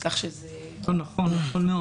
יש בעיה וצריך לטפל בה.